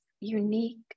unique